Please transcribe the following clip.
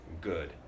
good